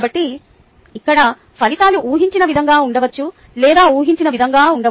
కాబట్టి ఇక్కడ ఫలితాలు ఊహించిన విధంగా ఉండవచ్చు లేదా ఊహించిన విధంగా ఉండవు